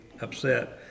upset